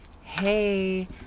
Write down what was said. Hey